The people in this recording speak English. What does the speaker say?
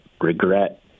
regret